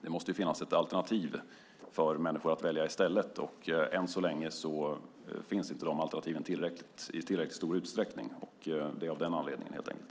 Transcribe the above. Det måste ju finnas ett alternativ för människor att välja i stället, och än så länge finns inte alternativen i tillräckligt stor utsträckning. Det är av den anledningen helt enkelt.